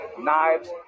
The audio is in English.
knives